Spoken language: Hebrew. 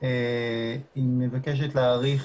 היא מבקשת להאריך